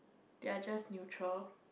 they are just neutral